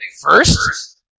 First